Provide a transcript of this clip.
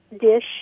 dish